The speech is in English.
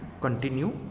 continue